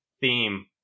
theme